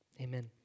Amen